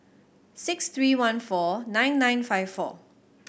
six three one four nine nine five four